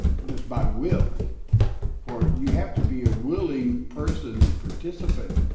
it was by will for you have to be a willing person, participant,